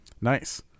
nice